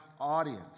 audience